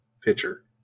pitcher